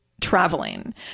traveling